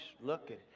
looking